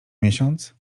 miesiąc